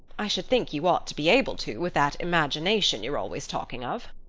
i should think you ought to be able to, with that imagination you're always talking of.